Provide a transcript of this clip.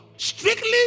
strictly